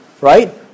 right